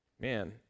Man